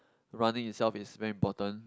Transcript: running itself is very important